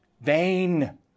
Vain